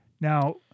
Now